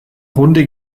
runde